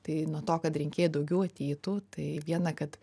tai nuo to kad rinkėjai daugiau ateitų tai viena kad